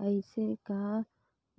अइसे का